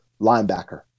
linebacker